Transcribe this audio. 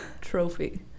trophy